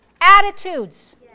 Attitudes